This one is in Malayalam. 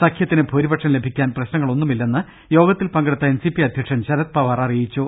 സഖ്യത്തിന് ഭൂരിപക്ഷം ലഭിക്കാൻ പ്രശ്നങ്ങളൊന്നുമില്ലെന്ന് യോഗത്തിൽ പങ്കെടുത്ത എൻസിപി അധ്യക്ഷൻ ശരത്പവാർ പറഞ്ഞു